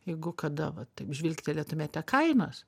jeigu kada vat žvilgtelėtumėte kainas